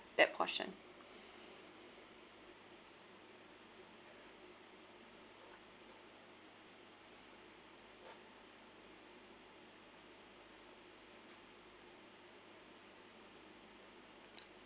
that portion